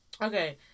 okay